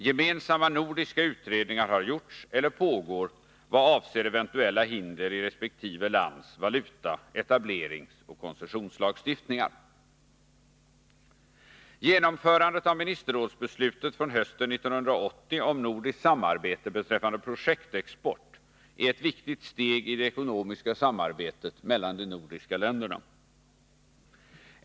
Gemensamma nordiska utredningar har gjorts eller pågår vad avser eventuella hinder i resp. lands valuta-, etableringsoch koncessionslagstiftningar. Genomförandet av ministerrådsbeslutet från hösten 1981 om nordiskt samarbete beträffande projektexport är ett viktigt steg i det ekonomiska samarbetet mellan de nordiska länderna.